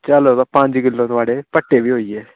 चलो ते पंज किल्लो थुआढ़े भट्ठे बी होई गे